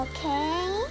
Okay